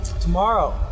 Tomorrow